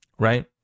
right